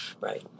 right